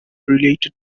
related